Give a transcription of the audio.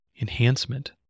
enhancement